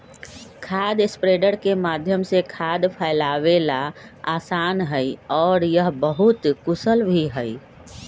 खाद स्प्रेडर के माध्यम से खाद फैलावे ला आसान हई और यह बहुत कुशल भी हई